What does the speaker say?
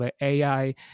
AI